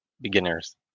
beginners